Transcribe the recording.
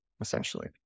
essentially